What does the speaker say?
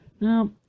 now